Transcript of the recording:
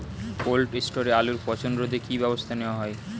Cold স্টোরে আলুর পচন রোধে কি ব্যবস্থা নেওয়া হয়?